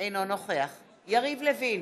אינו נוכח יריב לוין,